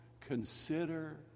consider